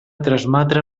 transmetre